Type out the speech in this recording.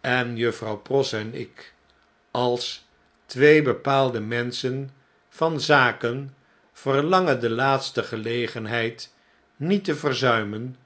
en juffrouw pross en ik als twee bepaalde menschen van zaken verlangen de laatste gelegenheid niet te verzuimen